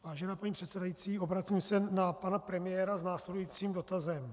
Vážená paní předsedající, obracím se na pana premiéra s následujícím dotazem.